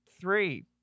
three